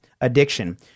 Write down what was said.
Addiction